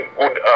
good